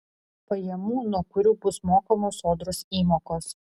pajamų nuo kurių bus mokamos sodros įmokos